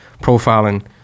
profiling